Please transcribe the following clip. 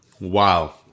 wow